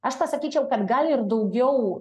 aš pasakyčiau kad gal ir daugiau